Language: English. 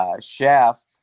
chef